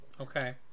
Okay